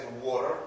water